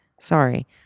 Sorry